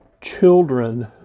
children